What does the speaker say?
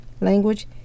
language